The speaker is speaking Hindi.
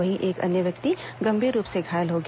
वहीं एक अन्य व्यक्ति गंभीर रूप से घायल हो गया